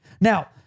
Now